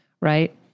right